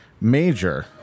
Major